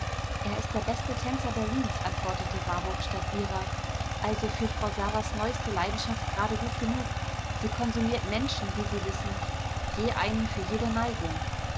er ist der beste tänzer berlins antwortete warburg statt ihrer also für frau saras neuste leidenschaft gerade gut genug sie konsumiert menschen wie sie wissen je einen für jede neigung